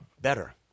better